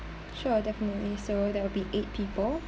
sure definitely so that will be eight people